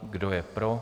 Kdo je pro?